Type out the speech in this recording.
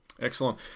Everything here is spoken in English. Excellent